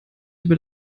über